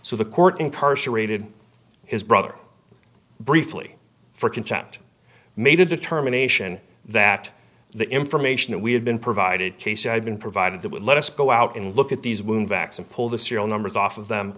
so the court incarcerated his brother briefly for contempt made a determination that the information that we had been provided casey had been provided that would let us go out and look at these women backs and pull the serial numbers off of them